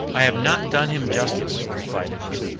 i have not done him justice, replied edward